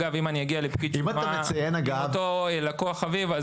אם אני אגיע עם אותו לקוח חביב,